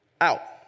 out